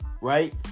right